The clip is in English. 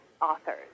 authors